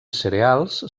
cereals